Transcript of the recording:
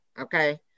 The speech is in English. okay